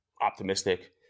optimistic